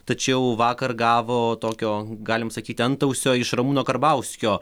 tačiau vakar gavo tokio galim sakyti antausio iš ramūno karbauskio